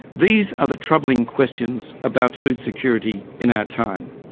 these are the troubling questions about food security in our time.